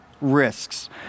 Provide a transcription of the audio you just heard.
risks